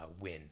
win